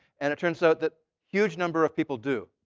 and it turns out that huge number of people do,